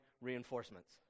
reinforcements